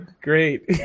great